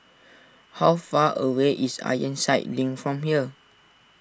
how far away is Ironside Link from here